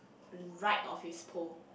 right of his pole